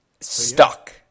Stuck